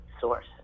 source